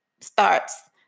starts